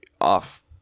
off